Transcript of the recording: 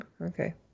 okay